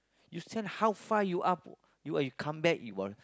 you stand how far you are you what you come back you were